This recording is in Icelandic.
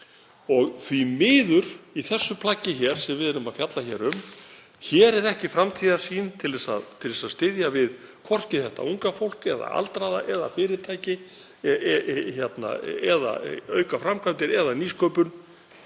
Því miður í þessu plaggi sem við erum að fjalla um er ekki framtíðarsýn til að styðja við hvorki þetta unga fólk eða aldraða né fyrirtæki eða auka framkvæmdir eða nýsköpun.